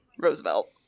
roosevelt